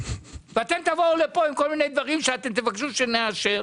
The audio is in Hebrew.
ואם תבואו לפה עם כל מיני דברים שתבקשו שנאשר,